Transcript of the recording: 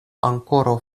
ankoraŭ